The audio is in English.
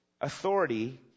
Authority